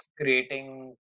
creating